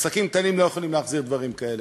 עסקים קטנים לא יכולים להחזיר דברים כאלה.